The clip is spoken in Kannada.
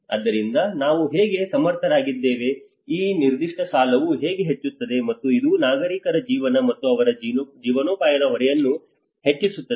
ಆದ್ದರಿಂದ ನಾವು ಹೇಗೆ ಸಮರ್ಥರಾಗಿದ್ದೇವೆ ಈ ನಿರ್ದಿಷ್ಟ ಸಾಲವು ಹೇಗೆ ಹೆಚ್ಚುತ್ತಿದೆ ಮತ್ತು ಇದು ನಾಗರಿಕರ ಜೀವನ ಮತ್ತು ಅವರ ಜೀವನೋಪಾಯದ ಹೊರೆಯನ್ನು ಹೆಚ್ಚಿಸುತ್ತದೆ